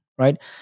Right